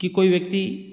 कि कोई व्यक्ति